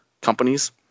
companies